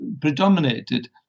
predominated